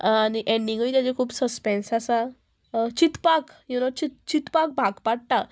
आनी एंडींगूय तेजे खूब सस्पेंस आसा चिंतपाक यु नो चिंत चिंतपाक भाग पडटा